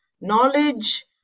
knowledge